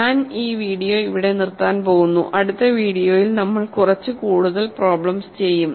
ഞാൻ ഈ വീഡിയോ ഇവിടെ നിർത്താൻ പോകുന്നു അടുത്ത വീഡിയോയിൽ നമ്മൾ കുറച്ച് കൂടുതൽ പ്രോബ്ലെംസ് ചെയ്യും